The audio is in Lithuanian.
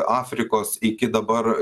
afrikos iki dabar